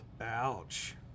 Ouch